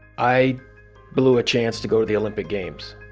i blew a chance to go to the olympic games.